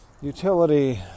utility